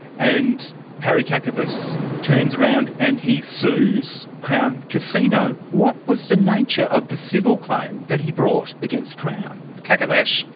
and harry kakavas turns around and he sues crown casino what was the nature of the civil claim that he brought against crown? kakavas